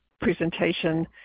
presentation